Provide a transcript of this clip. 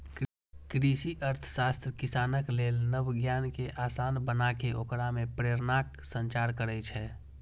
कृषि अर्थशास्त्र किसानक लेल नव ज्ञान कें आसान बनाके ओकरा मे प्रेरणाक संचार करै छै